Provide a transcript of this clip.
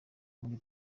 muri